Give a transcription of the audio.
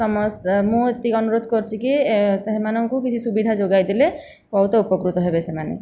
ସମସ୍ତେ ମୁଁ ଏତିକି ଅନୁରୋଧ କରୁଛି କି ଏ ସେମାନଙ୍କୁ କିଛି ସୁବିଧା ଯୋଗାଇ ଦେଲେ ବହୁତ ଉପକୃତ ହେବେ ସେମାନେ